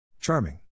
Charming